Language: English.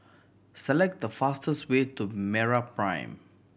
select the fastest way to MeraPrime